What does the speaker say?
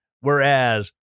Whereas